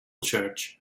church